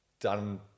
done